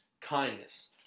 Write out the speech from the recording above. kindness